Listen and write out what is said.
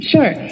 Sure